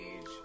age